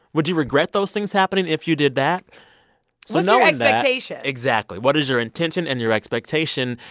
would you regret those things happening if you did that so so expectation? exactly. what is your intention and your expectation,